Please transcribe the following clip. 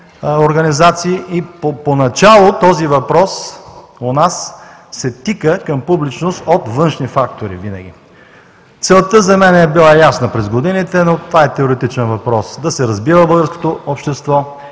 организации и поначало този въпрос у нас се тика към публичност –от външни фактори винаги. Целта за мен е била ясна през годините, но това е теоретичен въпрос – да се разбива българското общество,